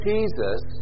Jesus